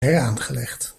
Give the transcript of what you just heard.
heraangelegd